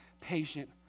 patient